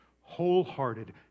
wholehearted